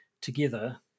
together